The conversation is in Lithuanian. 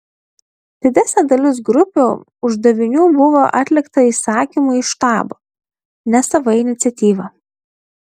didesnė dalis grupių uždavinių buvo atlikta įsakymu iš štabo ne sava iniciatyva